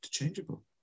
Interchangeable